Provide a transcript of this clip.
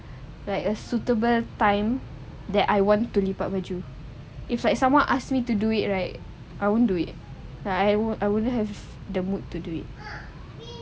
like a suitable time that I want to lipat baju if like someone asked me to do it right I won't do it like I wouldn't have the mood to do it